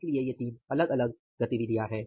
इसलिए ये 3 अलग अलग गतिविधियाँ हैं